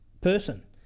person